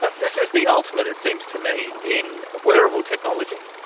ah this is the ultimate, it seems to me, in wearable technology.